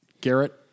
Garrett